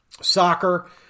Soccer